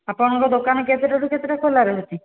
ଆପଣଙ୍କ ଦୋକାନ କେତେଟାରୁ କେତେଟା ଖୋଲା ରହୁଛି